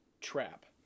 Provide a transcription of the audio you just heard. trap